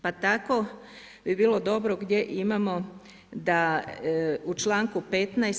Pa tako bi bilo dobro gdje imamo u članku 15.